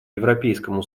европейскому